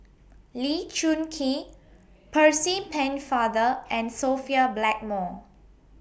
Lee Choon Kee Percy Pennefather and Sophia Blackmore